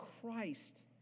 Christ